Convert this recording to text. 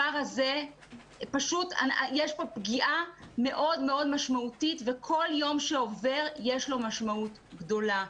יש כאן פגיעה מאוד מאוד משמעותית וכל יום שעובר יש לו משמעות גדולה.